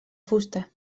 fusta